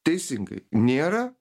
teisingai nėra